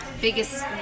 biggest